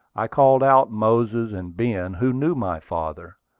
i called out moses, and ben, who knew my father.